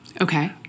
Okay